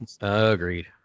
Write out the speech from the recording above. agreed